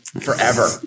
forever